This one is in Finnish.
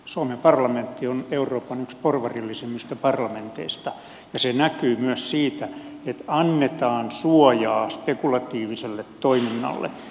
suomen parlamentti on euroopan yksi porvarillisimmista parlamenteista ja se näkyy myös siitä että annetaan suojaa spekulatiiviselle toiminnalle